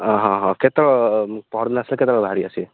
ହଁ ହଁ ହଁ କେତେ ପହରଦିନ ଆସିଲେ କେତେବେଳେ ବାହାରିକି ଆସିବେ